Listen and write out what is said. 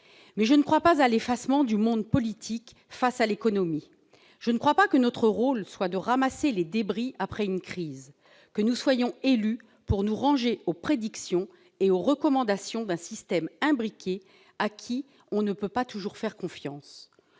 Mais je ne crois pas à l'effacement du monde politique face à l'économie. Je ne crois pas que notre rôle soit de ramasser les débris après une crise ni que nous soyons élus pour nous ranger aux prédictions et aux recommandations d'un système imbriqué auquel on ne peut pas toujours faire confiance.